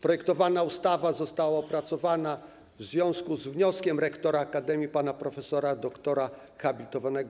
Projektowana ustawa została opracowana w związku z wnioskiem rektora akademii pana prof. dr. hab.